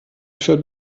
führt